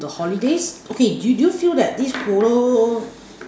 the holidays okay do you do you feel that this photo